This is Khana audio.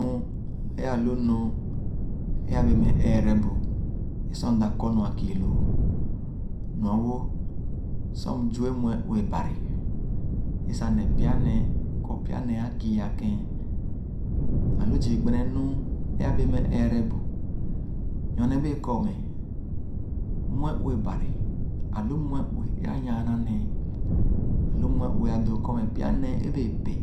Nu ẽ-alunu ẽ-abẽẽ meh eerebu ẽsor mda kɔrnu-akiiloo nɔ-wō sor mzue mue-ue Bari ẽsa ne pya-nee kɔr pya-nee ã kii-akèn. Ãlu zii gbenenu ẽ-abẽẽ meh eerebu nyone bẽẽ-kɔr meh mue-ue Bari alu mue-ue ẽ-anyana nẽẽ; alu mue-ue ã doo-kɔr meh pyanee ẽ-bẽẽ peh,